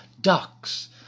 ducks